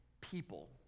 people